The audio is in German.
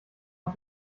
auf